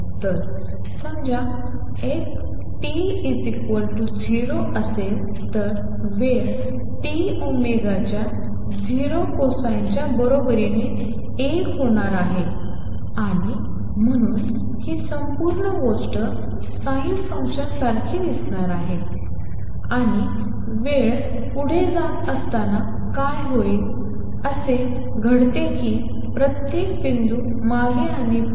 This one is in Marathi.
तर समजा t ० असेल तर वेळ टी ओमेगा टीच्या 0 कोसाइनच्या बरोबरीने 1 होणार आहे आणि म्हणून ही संपूर्ण गोष्ट साइन फंक्शनसारखी दिसणार आहे आणि वेळ पुढे जात असताना काय होईल असे घडते की प्रत्येक बिंदू मागे आणि पुढे